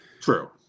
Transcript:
True